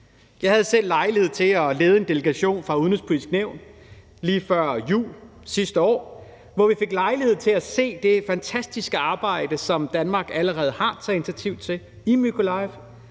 Jeg havde selv lejlighed til at lede en delegation fra Det Udenrigspolitiske Nævn lige før jul sidste år, hvor vi fik lejlighed til at se det fantastiske arbejde, som Danmark allerede har taget initiativ til i Mykolaiv,